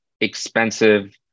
expensive